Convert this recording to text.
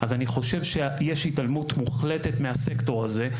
אני חושב שיש התעלמות מוחלטת מהסקטור הזה,